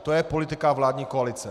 To je politika vládní koalice.